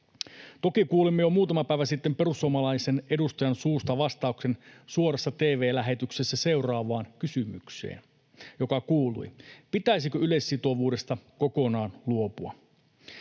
Toki kuulimme jo muutama päivä sitten perussuomalaisen edustajan suusta vastauksen suorassa tv-lähetyksessä kysymykseen, joka kuului: ”Pitäisikö yleissitovuudesta kokonaan luopua?”